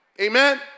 Amen